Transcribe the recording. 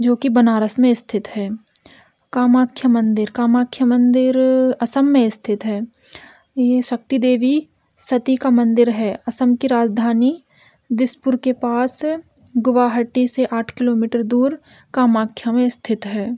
जो कि बनारस में स्थित है कामाख्या मंदिर कामाख्या मंदिर असम में स्थित है यह शक्ति देवी सती का मंदिर है असम की राजधानी दिसपुर के पास गुवाहाटी से आठ किलोमीटर दूर कामाख्या में स्थित है